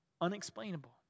unexplainable